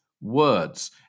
words